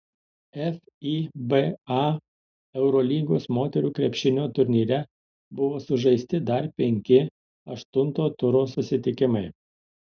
fiba eurolygos moterų krepšinio turnyre buvo sužaisti dar penki aštunto turo susitikimai